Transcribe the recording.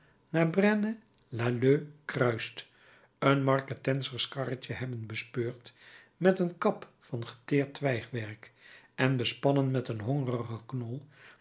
mont saint jean naar braine lalleud kruist een marketenterskarretje hebben bespeurd met een kap van geteerd twijgwerk en bespannen met een hongerigen knol